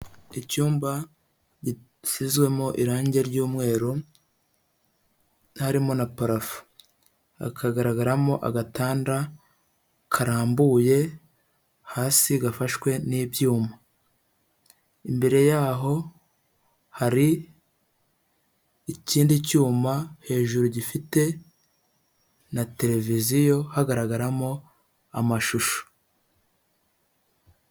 Icyumba gisizwemo irangi ry'umweru, harimo na parafu, hakagaragaramo agatanda karambuye hasi gafashwe n'ibyuma, imbere y'aho hari ikindi cyuma hejuru gifite na televiziyo, hagaragaramo amashusho.